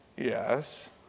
Yes